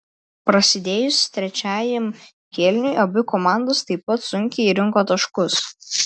prasidėjus trečiajam kėliniui abi komandos taip pat sunkiai rinko taškus